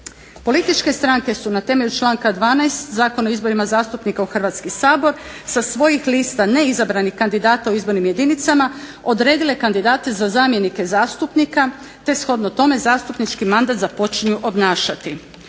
Političke stranke su na temelju članka 12. Zakona o izborima zastupnika u Hrvatski sabor sa svojih lista neizabranih kandidata u izbornim jedinicama odredile kandidate za zamjenike zastupnika, te shodno tome zastupnički mandat započinju obnašati: